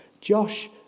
Josh